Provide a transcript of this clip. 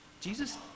Jesus